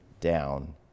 down